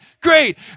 great